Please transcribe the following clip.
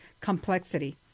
complexity